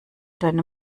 deine